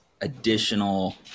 additional